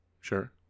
sure